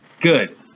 Good